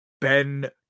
Ben